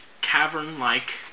cavern-like